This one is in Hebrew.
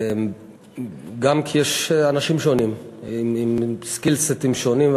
גם כי יש אנשים שונים עם כישורים שונים,